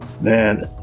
Man